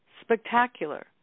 spectacular